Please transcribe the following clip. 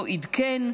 לא עדכן,